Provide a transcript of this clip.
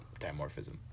dimorphism